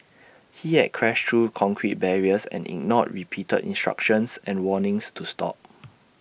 he had crashed through concrete barriers and ignored repeated instructions and warnings to stop